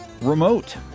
Remote